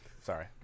Sorry